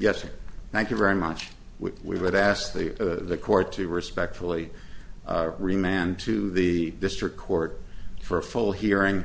it thank you very much we would ask the court to respectfully remand to the district court for a full hearing